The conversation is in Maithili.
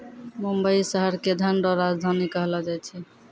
मुंबई शहर के धन रो राजधानी कहलो जाय छै